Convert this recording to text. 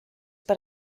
per